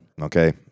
okay